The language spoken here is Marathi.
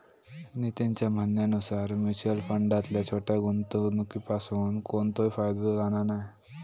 नितीनच्या म्हणण्यानुसार मुच्युअल फंडातल्या छोट्या गुंवणुकीपासून कोणतोय फायदो जाणा नाय